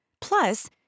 Plus